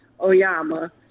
Oyama